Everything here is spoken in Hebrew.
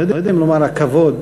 לא יודע אם לומר הכבוד,